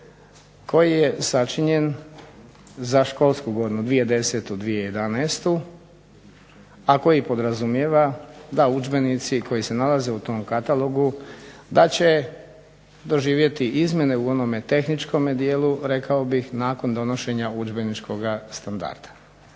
koji je sačinjen za školsku godinu 2010. i 2011. a koji podrazumijeva da udžbenici koji se nalaze u tom katalogu da će doživjeti izmjene u onom tehničkom dijelu rekao bih, nakon donošenja udžbeničkoga standarda.